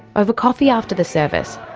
over coffee after the service,